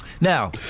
Now